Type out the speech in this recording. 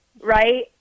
right